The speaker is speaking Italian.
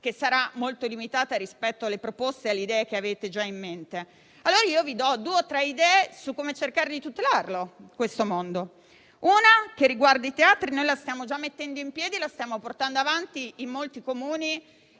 che sarà molto limitata rispetto alle proposte e alle idee che avete già in mente). Voglio dunque suggerirvi due o tre idee, su come cercare di tutelare questo mondo. La prima, che riguarda i teatri la stiamo già mettendo in piedi e portando avanti in molti Comuni